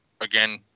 again